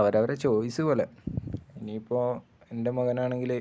അവരവരെ ചോയ്സ് പോലെ ഇനിയിപ്പോള് എൻ്റെ മകനാണെങ്കില്